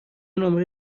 نمره